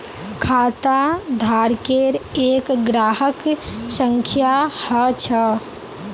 खाताधारकेर एक ग्राहक संख्या ह छ